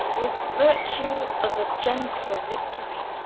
with virtue of a gentle victory,